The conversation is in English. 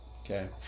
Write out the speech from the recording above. Okay